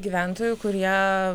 gyventojų kurie